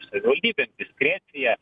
savivaldybėm diskrecija